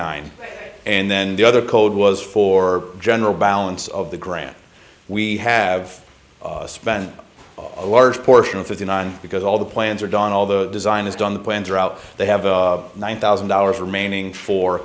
nine and then the other code was for general balance of the grant we have spent a large portion of the nine because all the plans are done all the design is done the plans are out they have one thousand dollars remaining for